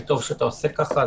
וטוב שאתה עושה ככה.